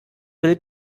will